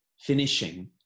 finishing